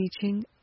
Teaching